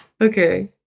okay